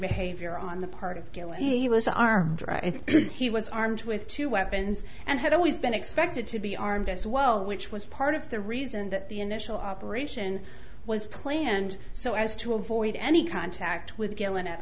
behavior on the part of the armed he was armed with two weapons and had always been expected to be armed as well which was part of the reason that the initial operation was planned so as to avoid any contact with guillen at